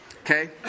Okay